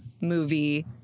movie